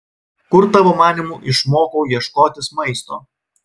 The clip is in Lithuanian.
kur tavo manymu išmokau ieškotis maisto